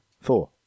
Four